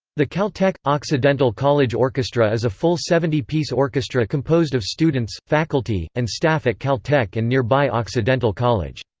the caltech occidental college orchestra is a full seventy-piece orchestra composed of students, faculty, and staff at caltech and nearby occidental college.